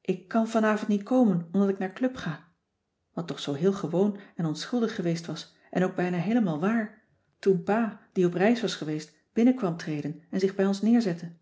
ik kan vanavond niet komen omdat ik naar club ga wat toch zoo heel gewoon en onschuldig geweest was en ook bijna heelemaal waar toen pa die op reis was geweest binnen kwam treden en zich bij ons neerzette